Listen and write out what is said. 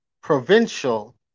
provincial